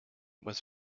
was